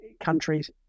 countries